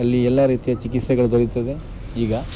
ಅಲ್ಲಿ ಎಲ್ಲ ರೀತಿಯ ಚಿಕಿತ್ಸೆಗಳು ದೊರೆಯುತ್ತದೆ ಈಗ